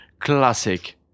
classic